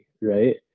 right